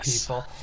people